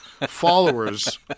Followers